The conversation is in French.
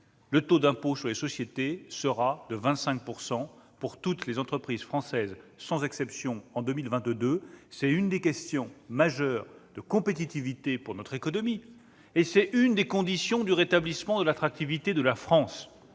le taux de l'impôt sur les sociétés sera de 25 % pour toutes les entreprises françaises, sans exception, en 2022. C'est l'un des enjeux majeurs de compétitivité pour notre économie et c'est l'une des conditions du rétablissement de notre attractivité. Si nous